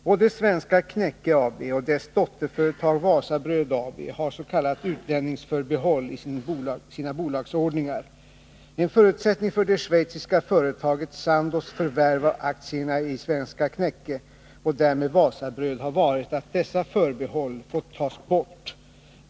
Både Svenska Knäcke AB och dess dotterföretag Wasabröd AB har s.k. utlänningsförbehåll i sina bolagsordningar. En förutsättning för det schweiziska företaget Sandoz förvärv av aktierna i Svenska Knäcke och därmed Wasabröd har varit att dessa förbehåll fått tas bort.